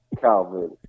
Calvin